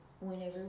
whenever